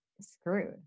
screwed